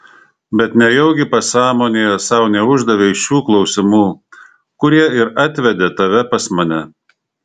bet nejaugi pasąmonėje sau neuždavei šių klausimų kurie ir atvedė tave pas mane